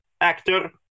actor